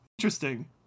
Interesting